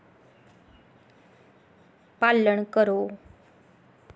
पालन करो